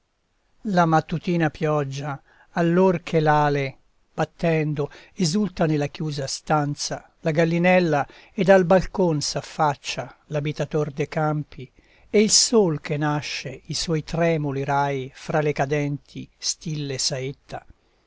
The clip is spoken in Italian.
la mattutina pioggia allor che l'ale battendo esulta nella chiusa stanza la gallinella ed al balcon s'affaccia l'abitator de campi e il sol che nasce i suoi tremuli rai fra le cadenti stille saetta